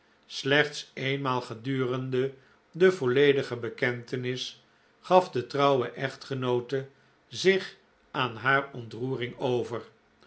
slechts eenmaal gedurende de volledige bekentenis gaf de trouwe echtgenoote zich aan haar ontroering over